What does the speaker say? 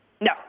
No